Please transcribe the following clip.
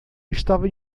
estava